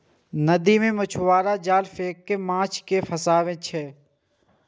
नदी मे मछुआरा जाल फेंक कें माछ कें फंसाबै छै